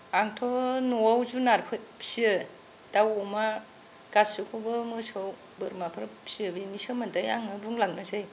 आंथ' न'आव जुनार फिसियो दाउ अमा गासैखौबो मोसौ बोरमाफोर फिसियो बिनि सोमोन्दै आङो बुंलांनोसै